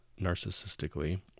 narcissistically